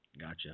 Gotcha